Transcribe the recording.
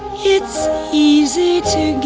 it's easy to get